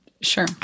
Sure